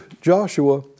Joshua